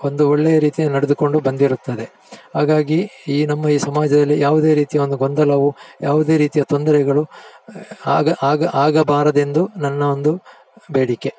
ಒಂದು ಒಳ್ಳೆಯ ರೀತಿಯಲ್ಲಿ ನಡೆದುಕೊಂಡು ಬಂದಿರುತ್ತದೆ ಹಾಗಾಗಿ ಈ ನಮ್ಮ ಈ ಸಮಾಜದಲ್ಲಿ ಯಾವುದೇ ರೀತಿಯ ಒಂದು ಗೊಂದಲವು ಯಾವುದೇ ರೀತಿಯ ತೊಂದರೆಗಳು ಆಗಬಾರದೆಂದು ನನ್ನ ಒಂದು ಬೇಡಿಕೆ